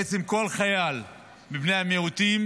בעצם כל חייל מבני המיעוטים